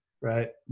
Right